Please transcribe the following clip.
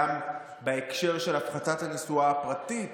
גם בהקשר של הפחתת הנסועה הפרטית